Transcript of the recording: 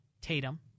Tatum